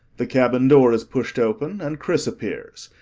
the cabin door is pushed open and chris appears.